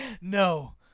No